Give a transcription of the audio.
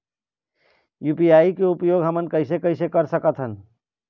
UPI के उपयोग हमन कैसे कैसे कर सकत हन?